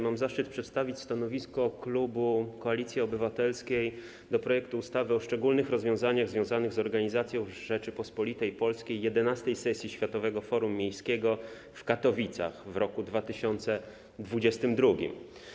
Mam zaszczyt przedstawić stanowisko klubu Koalicji Obywatelskiej wobec projektu ustawy o szczególnych rozwiązaniach związanych z organizacją w Rzeczypospolitej Polskiej XI sesji Światowego Forum Miejskiego w Katowicach w roku 2022.